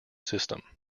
system